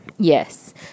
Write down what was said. Yes